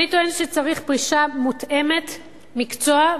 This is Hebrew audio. אני טוענת שצריך פרישה מותאמת מקצוע,